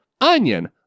Onion